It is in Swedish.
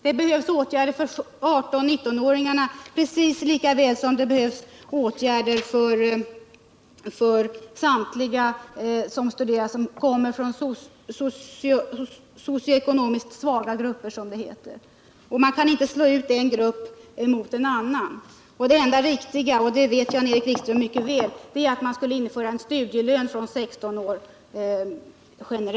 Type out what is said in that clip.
Det behövs åtgärder för 18 och 19-åringarna precis lika väl som det behövs åtgärder för samtliga studerande som kommer från socio-ekonomiskt svaga grupper. Man kan inte hålla fram en grupp och slå ut en annan. Det enda riktiga, och det vet Jan-Erik Wikström mycket väl, är att införa studielön generellt från 16 års ålder.